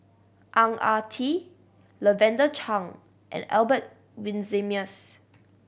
Ang Ah Tee Lavender Chang and Albert Winsemius